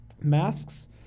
masks